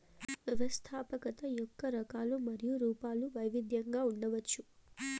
వ్యవస్థాపకత యొక్క రకాలు మరియు రూపాలు వైవిధ్యంగా ఉండవచ్చు